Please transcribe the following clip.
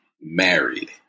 married